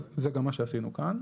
אז זה גם מה שעשינו כאן.